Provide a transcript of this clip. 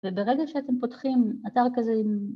וברגע שאתם פותחים אתר כזה עם...